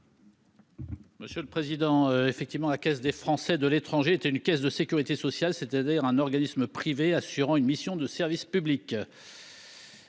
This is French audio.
Quel est l'avis de la commission ? La Caisse des Français de l'étranger est une caisse de sécurité sociale, c'est-à-dire un organisme privé assurant une mission de service public.